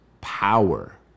power